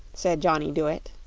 said johnny dooit.